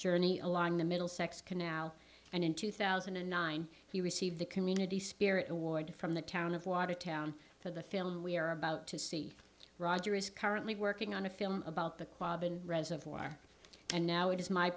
journey along the middlesex canal and in two thousand and nine he received the community spirit award from the town of watertown for the film we are about to see roger is currently working on a film about the quad reservoir and now it is my